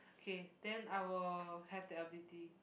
K then I will have that ability